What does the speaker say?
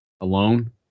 alone